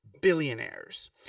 billionaires